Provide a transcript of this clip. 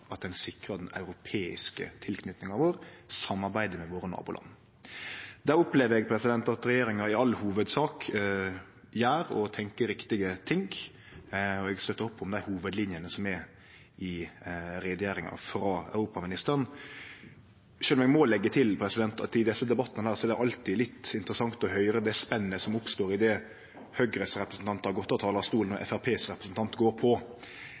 at ein sikrar den europeiske tilknytinga vår og samarbeidet med våre naboland. Der opplever eg at regjeringa i all hovudsak gjer og tenkjer riktige ting, og eg støttar opp om hovudlinjene i utgreiinga frå europaministeren, sjølv om eg må leggje til at i desse debattane er det alltid litt interessant å høyre det spennet som oppstår idet Høgres representant har gått av talarstolen, og Framstegspartiets representant går på